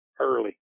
early